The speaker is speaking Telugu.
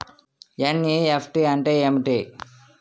ఎన్.ఈ.ఎఫ్.టి అంటే ఏమిటి?